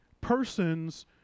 persons